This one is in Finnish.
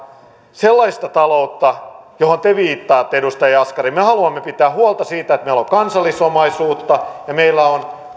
sellaista taloutta johon te viittaatte edustaja jaskari me haluamme pitää huolta siitä että meillä on kansallisomaisuutta ja meillä on